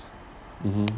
mmhmm